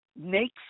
next